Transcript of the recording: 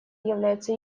является